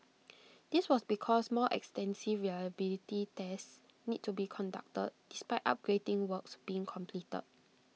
this was because more extensive reliability tests needed to be conducted despite upgrading works being complete